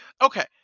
Okay